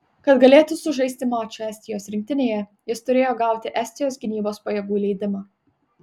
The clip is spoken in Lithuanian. kad galėtų sužaisti mačą estijos rinktinėje jis turėjo gauti estijos gynybos pajėgų leidimą